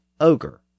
ogre